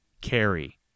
carry